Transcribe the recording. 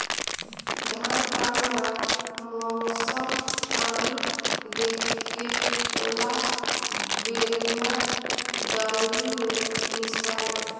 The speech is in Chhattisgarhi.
धान पान ल मउसम पानी देखके ओला बेलना, दउंरी मे मिसवाए